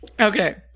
Okay